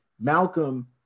Malcolm